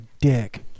dick